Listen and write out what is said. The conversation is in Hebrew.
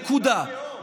נקודה.